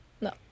No